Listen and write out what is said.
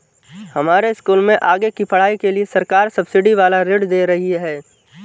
हमारे स्कूल में आगे की पढ़ाई के लिए सरकार सब्सिडी वाला ऋण दे रही है